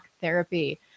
therapy